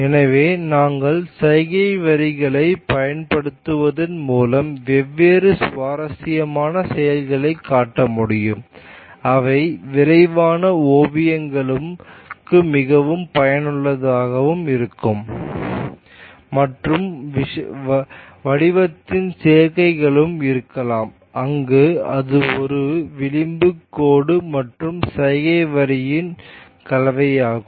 எனவே நாங்கள் சைகை வரிகளைப் பயன்படுத்துவதன் மூலம் வெவ்வேறு சுவாரஸ்யமான செயல்களைக் காட்ட முடியும் அவை விரைவான ஓவியங்களுக்கு மிகவும் பயனுள்ளதாக இருக்கும் மற்றும் வடிவத்தின் சேர்க்கைகளும் இருக்கலாம் அங்கு அது ஒரு ஒரு விளிம்பு கோடு மற்றும் சைகை வரியின் கலவையாகும்